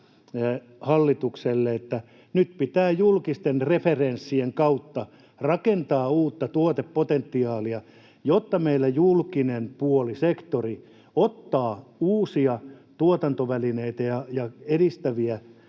että nyt pitää julkisten referenssien kautta rakentaa uutta tuotepotentiaalia, jotta meillä julkinen puoli, sektori, ottaa uusia tuotantovälineitä ja edistäviä